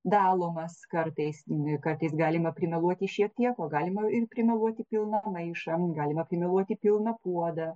dalomas kartais kartais galima primeluoti šiek tiek o galima ir primeluoti pilną maišą galima primeluoti pilną puodą